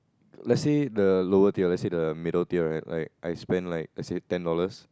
let's say the lower tier let's say the middle tier right I spend like let's say ten dollars